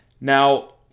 Now